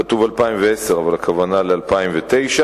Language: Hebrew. כתוב 2010, אבל הכוונה ל-2009,